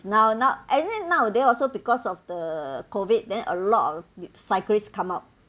now not and then nowadays also because of the COVID then a lot of cyclists come out